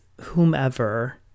whomever